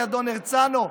אדון הרצנו,